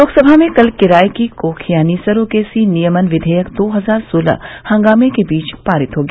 लोकसभा में कल किराये की कोख यानी सरोगेसी नियमन विधेयक दो हजार सोलह हंगामे के बीच पारित हो गया